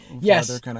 Yes